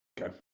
Okay